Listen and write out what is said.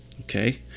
Okay